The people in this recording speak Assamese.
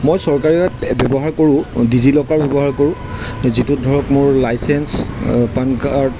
মই চৰকাৰী এপ ব্যৱহাৰ কৰোঁ ডিজি লকাৰ ব্যৱহাৰ কৰোঁ যিটোত ধৰক মোৰ লাইচেঞ্চ পান কাৰ্ড